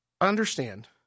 understand